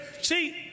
See